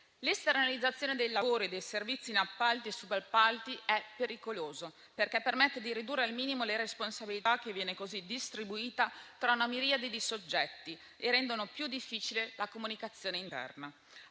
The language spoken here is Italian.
L'esternalizzazione del lavoro e dei servizi in appalti e subappalti è pericolosa, perché permette di ridurre al minimo la responsabilità, che viene così distribuita tra una miriade di soggetti, rendendo più difficile la comunicazione interna.